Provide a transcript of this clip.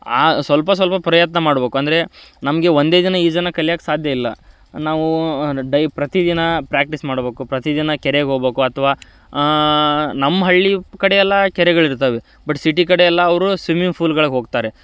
ಆ ಸ್ವಲ್ಪ ಸ್ವಲ್ಪ ಪ್ರಯತ್ನ ಮಾಡ್ಬೇಕು ಅಂದರೆ ನಮಗೆ ಒಂದೇ ದಿನ ಈಜನ್ನು ಕಲಿಯಕ್ಕೆ ಸಾಧ್ಯ ಇಲ್ಲ ನಾವು ಪ್ರತಿದಿನ ಪ್ರ್ಯಾಕ್ಟೀಸ್ ಮಾಡ್ಬೇಕು ಪ್ರತಿದಿನ ಕೆರೆಯಾಗೆ ಹೋಗ್ಬೇಕು ಅಥವಾ ನಮ್ಮ ಹಳ್ಳಿ ಕಡೆಯೆಲ್ಲ ಕೆರೆಗಳಿರ್ತವೆ ಬಟ್ ಸಿಟಿ ಕಡೆಯೆಲ್ಲ ಅವರು ಸ್ವಿಮ್ಮಿಂಗ್ ಫೂಲ್ಗಳಿಗ್ ಹೋಗ್ತಾರೆ